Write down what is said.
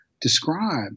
describe